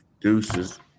Deuces